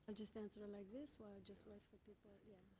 and just answer like this? or i just wait for people yeah.